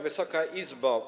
Wysoka Izbo!